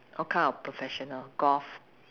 what kind of professional golf